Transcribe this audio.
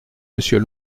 monsieur